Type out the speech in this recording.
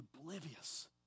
oblivious